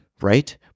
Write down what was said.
Right